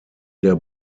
der